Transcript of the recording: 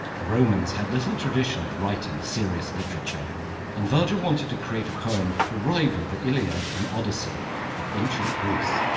the romans had little tradition of writing serious literature and virgil wanted to create a poem to rival the iliad and odyssey of ancient greece.